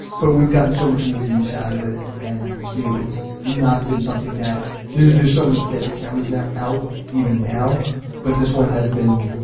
but we've gotten so much more use out of it and you know it's not been something that there's there's so many better cameras out even now but this one has been,